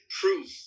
proof